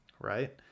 right